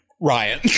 Ryan